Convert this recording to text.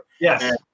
yes